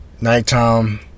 Nighttime